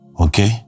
Okay